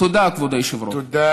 תודה, כבוד היושב-ראש.